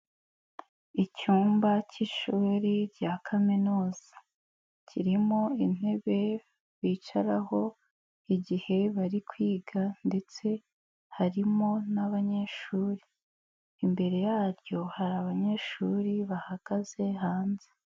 Icyumba cy'ishuri rya kaminuza, kirimo intebe bicaraho igihe bari kwiga ndetse harimo n'abanyeshuri, imbere yaryo hari abanyeshuri bahagaze hanze.